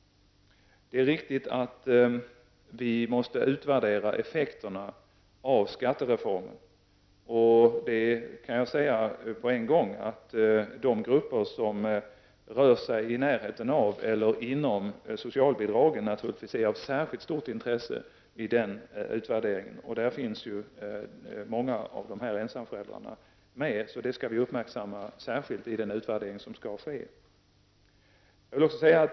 Det är riktigt att effekterna av skattereformen måste utvärderas. De grupper som rör sig i närheten av eller inom socialbidragsnormen är naturligtvis av särskilt stort intresse, och där finns många ensamföräldrar representerade. Deras situation skall särskilt uppmärksammas i den utvärdering som skall göras.